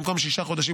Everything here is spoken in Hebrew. במקום שישה חודשים,